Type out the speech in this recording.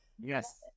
yes